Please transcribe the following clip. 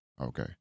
Okay